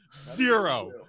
Zero